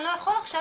אני לא יכול עכשיו,